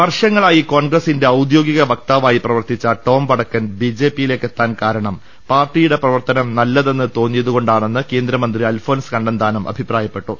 വർഷങ്ങളായി കോൺഗ്രസിന്റെ ഔദ്യോഗിക വക്താവായി പ്രവർത്തിച്ച ടോം വടക്കൻ ബിജെപിയിലേക്ക് എത്താൻ കാരണം പാർട്ടി യുടെ പ്രവർത്തനം നല്ലതെന്നു തോന്നിയതുകൊണ്ടാണെന്ന് കേന്ദ്രമന്ത്രി അൽഫോൺസ് കണ്ണന്താനം അഭിപ്രായപ്പെട്ടു